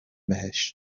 بهش